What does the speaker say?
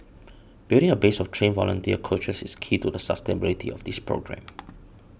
building a base of trained volunteer coaches is key to the sustainability of this programme